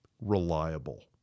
reliable